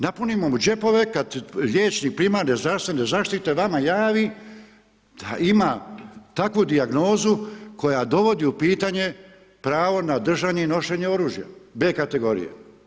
Napunimo mu džepove kad liječnik primarne zdravstvene zaštite javi da ima takvu dijagnozu koja dovodi u pitanje pravo na držanje i nošenje oružja B kategorije.